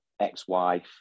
ex-wife